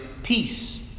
peace